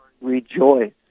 Rejoice